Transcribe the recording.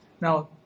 Now